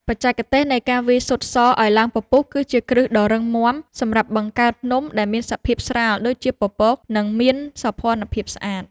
បច្ចេកទេសនៃការវាយស៊ុតសឱ្យឡើងពពុះ គឺជាគ្រឹះដ៏រឹងមាំសម្រាប់បង្កើតនំដែលមានសភាពស្រាលដូចជាពពក និងមានសោភ័ណភាពស្អាត។